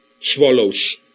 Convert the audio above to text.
swallows